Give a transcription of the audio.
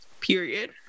Period